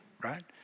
right